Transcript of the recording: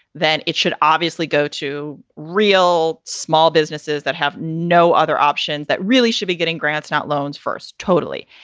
then it should obviously go to real small businesses that have no other options that really should be getting grants, not loans first. totally.